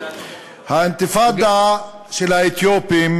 האינתיפאדה של האתיופים,